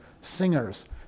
singers